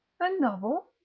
a novel?